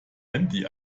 handy